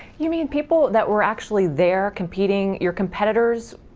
you mean people that were actually there competing, your competitors,